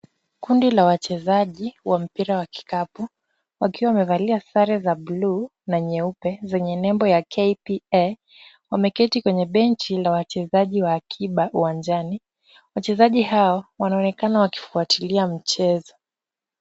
Kundi la wachezaji wa mpira wa kikapu, wakiwa wamevalia sare za blue na nyeupe zenye nembo ya KPA. Wameketi kwenye benchi la wachezaji wa akiba uwanjani. Wachezaji hao wanaonekana wakifuatilia mchezo.